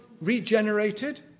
regenerated